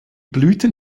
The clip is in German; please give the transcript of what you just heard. blüten